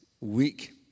week